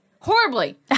horribly